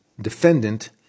defendant